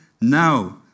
now